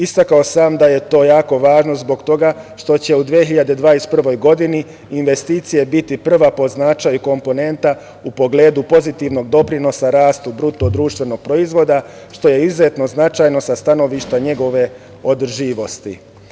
Istakao sam da je to jako važno zbog toga što će u 2021. godini investicije biti prva po značaju komponenta u pogledu pozitivnog doprinosa rastu BDP, što je izuzetno značajno sa stanovišta njegove održivosti.